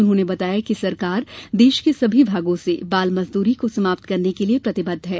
उन्होंने बताया कि सरकार देश के सभी भागों से बाल मजदूरी को समाप्त करने के लिए प्रतिबद्ध है